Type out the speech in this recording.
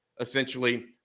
essentially